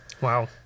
Wow